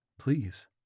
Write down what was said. Please